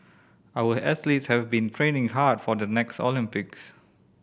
our athletes have been training hard for the next Olympics